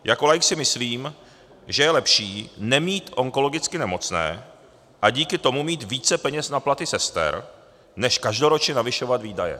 Jako laik si myslím, že je lepší nemít onkologicky nemocné a díky tomu mít více peněz na platy sester, než každoročně navyšovat výdaje.